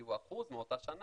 כי הוא אחוז מאותה שנה.